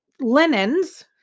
linens